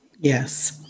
Yes